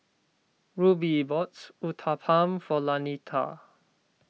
Rubie bought Uthapam for Lanita